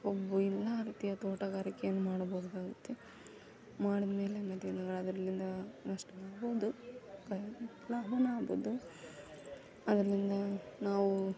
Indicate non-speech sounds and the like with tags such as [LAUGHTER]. ಕಬ್ಬು ಎಲ್ಲ ರೀತಿಯ ತೋಟಗಾರಿಕೆಯನ್ನು ಮಾಡ್ಬೋದಾಗುತ್ತೆ ಮಾಡಿದ್ಮೇಲೆ ಮತ್ತು ಹಿಂದುಗಡೆ ಅದರಿಂದ ನಷ್ಟವೂ ಆಗ್ಬೋದು [UNINTELLIGIBLE] ಲಾಭವೂ ಆಗ್ಬೋದು ಅದರಿಂದ ನಾವು